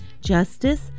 justice